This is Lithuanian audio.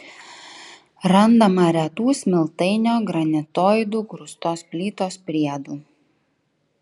randama retų smiltainio granitoidų grūstos plytos priedų